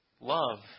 love